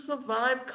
survive